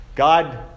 God